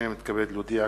הנני מתכבד להודיע,